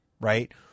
Right